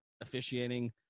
officiating